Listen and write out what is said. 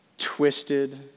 twisted